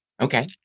Okay